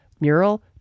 mural